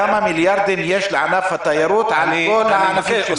כמה מיליארדים יש לענף התיירות על כל הענפים שלו?